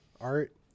art